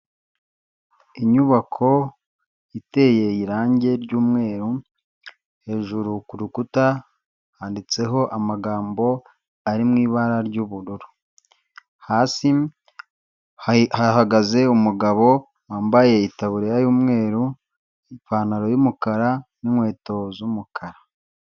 Inyubako iteye irange ry'umweru, hejuru ku rukuta handitseho amagambo ari mu ibara ry'ubururu. Hasi hahagaze umugabo wambaye itaburiya y'umweru, ipantaro y'umukara, n'inkweto z'umukara.